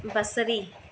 बसरी